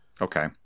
Okay